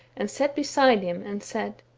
and sat beside him, and said,